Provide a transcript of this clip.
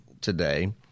today